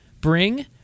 bring